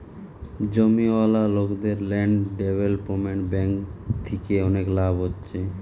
জমিওয়ালা লোকদের land development bank থিকে অনেক লাভ হচ্ছে